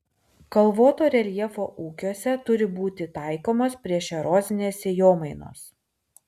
kalvoto reljefo ūkiuose turi būti taikomos priešerozinės sėjomainos